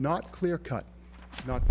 not clear cut not